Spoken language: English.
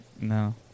No